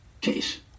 case